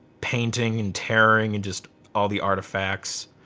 painting and tearing and just all the artifacts.